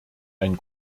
ein